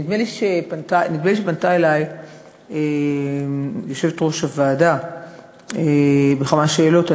נדמה לי שפנתה אלי יושבת-ראש הוועדה בכמה שאלות,